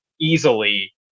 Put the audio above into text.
easily